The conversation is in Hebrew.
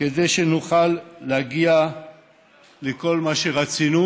כדי שנוכל להגיע לכל מה שרצינו,